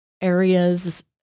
areas